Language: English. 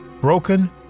broken